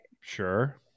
Sure